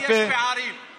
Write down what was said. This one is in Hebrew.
יהודי או חרדי או חילוני.